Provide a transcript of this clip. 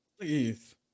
please